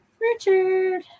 Richard